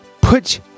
Put